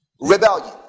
Rebellion